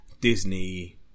Disney